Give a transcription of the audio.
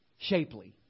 shapely